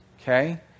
okay